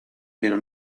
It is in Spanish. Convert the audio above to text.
pero